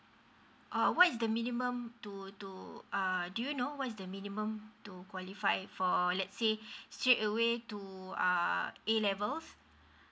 ah what is the minimum to to uh do you know what is the minimum to qualify for let's say straight away to uh A levels